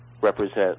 represent